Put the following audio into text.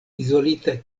izolita